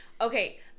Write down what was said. Okay